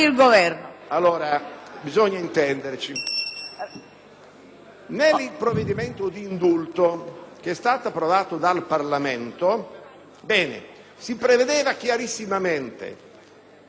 Nel provvedimento di indulto, approvato dal Parlamento, si prevedeva chiaramente che dell'indulto non avrebbero potuto beneficiare